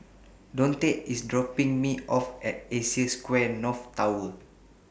Donte IS dropping Me off At Asia Square North Tower